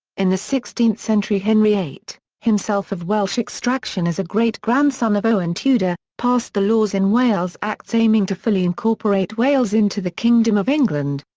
in the sixteenth century henry viii, himself of welsh extraction as a great grandson of owen tudor, passed the laws in wales acts aiming to fully incorporate wales into the kingdom of england.